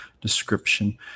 description